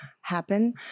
happen